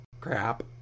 crap